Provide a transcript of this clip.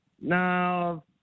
No